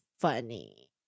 funny